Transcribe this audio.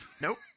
Nope